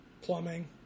plumbing